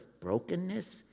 brokenness